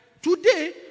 Today